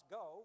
go